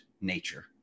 nature